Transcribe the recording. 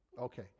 Okay